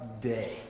day